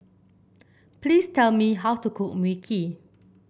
please tell me how to cook Mui Kee